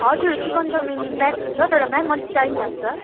हजुर chicken chowmein pack हुन्छ तर म्याम अलिक टाइम लाग्छ